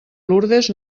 lourdes